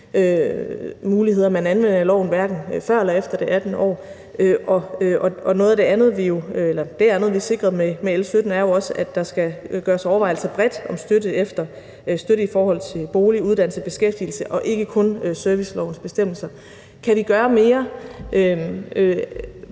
støttemuligheder, man anvender i loven, hverken før eller efter det 18. år. Og det andet, vi sikrede med L 17, var jo også, at der skal gøres overvejelser bredt om støtte i forhold til bolig, uddannelse og beskæftigelse og ikke kun efter servicelovens bestemmelser. Kan vi gøre mere?